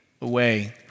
away